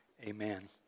Amen